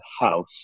House